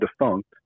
defunct